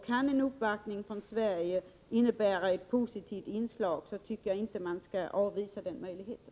Kan en uppvaktning från Sverige få positiva effekter, tycker jag inte att man skall avvisa den möjligheten.